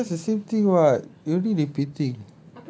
ya that's the same thing what you only repeating